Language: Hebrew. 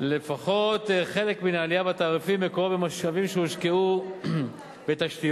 לפחות חלק מן העלייה בתעריפים מקורו במשאבים שהושקעו בתשתיות,